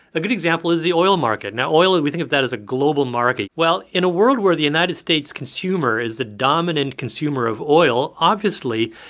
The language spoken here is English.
a good example is the oil market now, oil we think of that as a global market. well, in a world where the united states consumer is the dominant consumer of oil, obviously,